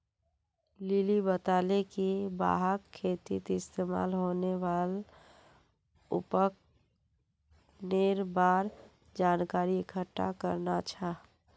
lily बताले कि वहाक खेतीत इस्तमाल होने वाल उपकरनेर बार जानकारी इकट्ठा करना छ